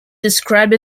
described